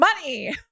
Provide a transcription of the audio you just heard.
Money